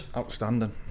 Outstanding